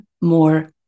more